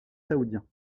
saoudien